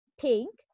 Pink